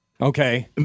Okay